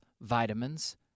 vitamins